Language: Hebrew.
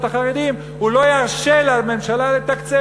החרדיים הוא לא ירשה לממשלה לתקצב.